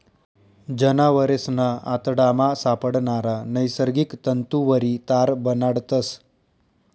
जनावरेसना आतडामा सापडणारा नैसर्गिक तंतुवरी तार बनाडतस